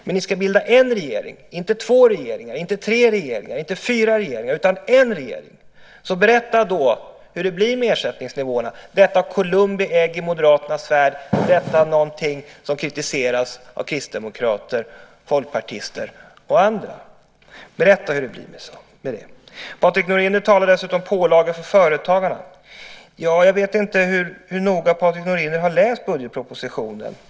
Men ni ska bilda en regering - inte två regeringar, inte tre regeringar och inte fyra regeringar utan en regering. Berätta då hur det blir med ersättningsnivåerna, detta Columbi ägg i Moderaternas värld som kritiseras av kristdemokrater, folkpartister och andra. Berätta hur det blir med det! Patrik Norinder talar dessutom om pålagor för företagarna. Jag vet inte hur noga Patrik Norinder har läst budgetpropositionen.